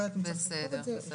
בסדר.